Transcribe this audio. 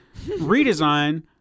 redesign